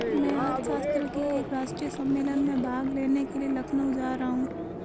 मैं अर्थशास्त्र के एक राष्ट्रीय सम्मेलन में भाग लेने के लिए लखनऊ जा रहा हूँ